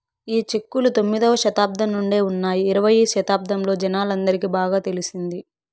ఈ చెక్కులు తొమ్మిదవ శతాబ్దం నుండే ఉన్నాయి ఇరవై శతాబ్దంలో జనాలందరికి బాగా తెలిసింది